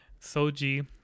Soji